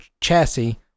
chassis